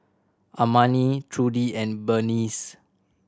Armani Trudi and Berneice